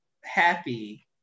happy